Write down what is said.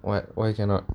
why why cannot